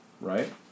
Right